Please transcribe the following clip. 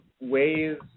ways